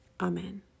Amen